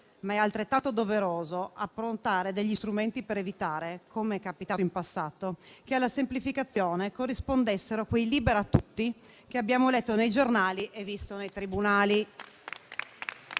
ma è altrettanto doveroso approntare degli strumenti per evitare - come è capitato in passato - che alla semplificazione corrispondesse quel "libera tutti" che abbiamo letto nei giornali e visto nei tribunali.